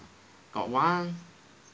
got one